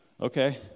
okay